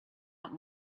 not